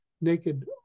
naked